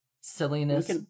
silliness